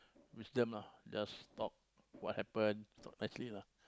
wisdom ah just talk what happen talk nicely lah